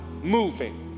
moving